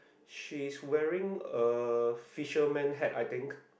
she's wearing a fisherman hat I think